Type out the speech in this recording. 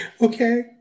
Okay